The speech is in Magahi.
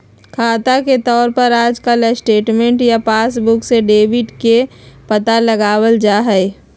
खाता के तौर पर आजकल स्टेटमेन्ट या पासबुक से डेबिट के पता लगावल जा हई